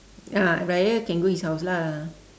ah raya can go his house lah